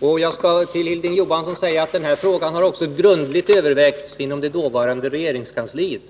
Jag vill också säga till Hilding Johansson att denna fråga grundligt har övervägts också av trepartiregeringen, och inom det dåvarande regeringskansliet